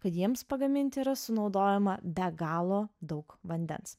kad jiems pagaminti yra sunaudojama be galo daug vandens